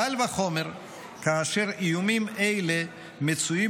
קל וחומר כאשר איומים אלה מצויים